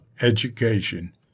education